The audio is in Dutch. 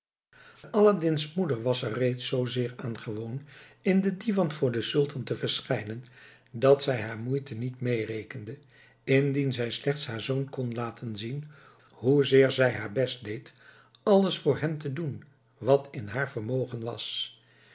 aladdin's moeder was er reeds zoo zeer aan gewoon in de divan voor den sultan te verschijnen dat zij haar moeite niet meerekende indien zij slechts haar zoon kon laten zien hoe zeer zij haar best deed alles voor hem te doen wat in haar vermogen was